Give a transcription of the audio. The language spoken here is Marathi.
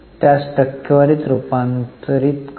त्यास टक्केवारीत रूपांतरित करू